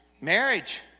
Marriage